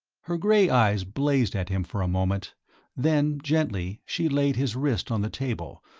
her gray eyes blazed at him for a moment then, gently, she laid his wrist on the table,